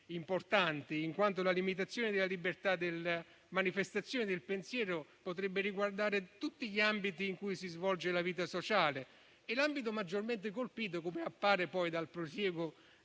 importanti in quanto la limitazione della libertà di manifestazione del pensiero potrebbe riguardare tutti gli ambiti in cui si svolge la vita sociale. L'ambito maggiormente colpito, come appare poi dal prosieguo